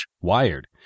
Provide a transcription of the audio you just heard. wired